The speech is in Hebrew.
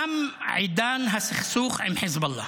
-- נגמר עידן ----- תם עידן הסכסוך עם חיזבאללה.